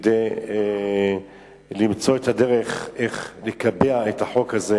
כדי למצוא את הדרך לקבע את החוק הזה